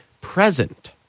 present